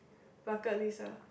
bucket list ah